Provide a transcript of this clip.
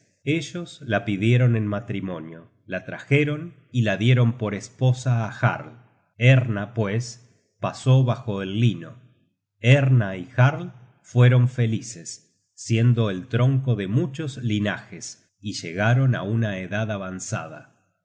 ellos la pidieron en matrimonio la trajeron y la dieron por esposa á jarl erna pues pasó bajo el lino erna y jarl fueron felices siendo el tronco de muchos linajes y llegaron á una edad avanzada y